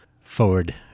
forward